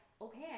okay